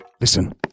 Listen